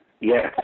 Yes